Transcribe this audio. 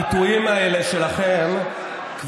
מי שעומד פה ומשקר, אני אגיד לו שקרן.